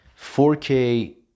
4K